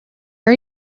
are